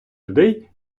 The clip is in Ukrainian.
людей